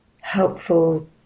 helpful